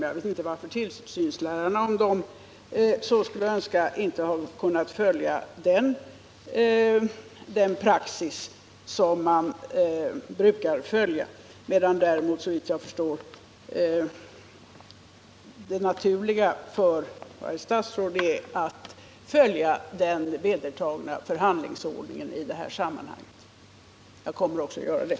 Jag vet inte varför tillsynslärarna, om de så skulle önska, inte hade kunnat följa den praxis som man brukar följa, medan däremot — såvitt jag förstår — det naturliga för varje statsråd är att följa den vedertagna förhandlingsordningen i detta sammanhang. Jag kommer också att göra det.